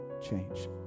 change